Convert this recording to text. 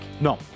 No